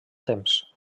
temps